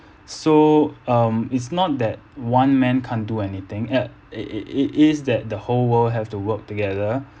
so um it's not that one man can't do anything at it it it is that the whole world have to work together